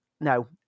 no